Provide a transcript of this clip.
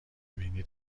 وینی